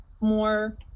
more